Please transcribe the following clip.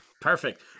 Perfect